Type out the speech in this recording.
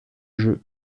jeu